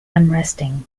unresting